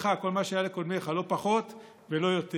לא פחות ולא יותר,